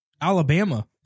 Alabama